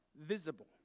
visible